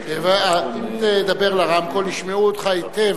אם תדבר לרמקול ישמעו אותך היטב.